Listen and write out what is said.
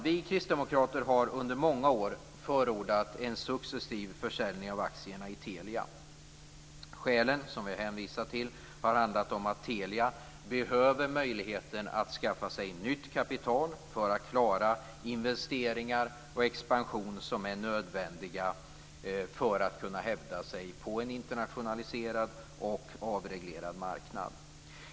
Vi kristdemokrater har i många år förordat en successiv försäljning av aktierna i Telia. De skäl som vi hänvisat till har handlat om att Telia behöver möjligheten att skaffa sig nytt kapital för att klara investeringar och expansion som är nödvändiga för att kunna hävda sig på en internationaliserad och avreglerad marknad.